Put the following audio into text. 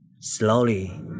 slowly